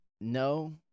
no